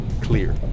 clear